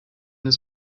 his